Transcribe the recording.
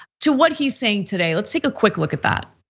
to what he's saying today, let's take a quick look at that.